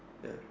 ya